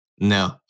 no